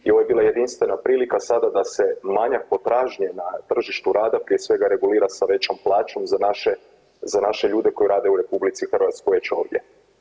I ovo je bila jedinstvena prilika sada da se manjak potražnje na tržištu rada prije svega regulira sa većom plaćom za naše, za naše ljude koji rade u RH već ovdje.